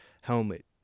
helmet